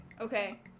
Okay